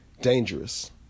dangerous